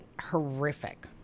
horrific